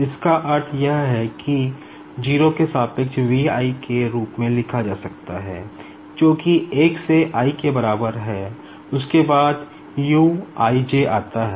इसका अर्थ यह है कि 0 के सापेक्ष V i के रूप में लिखा जा सकता है जो कि 1 से i के बराबर है उसके बाद U ij आता है